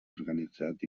organitzat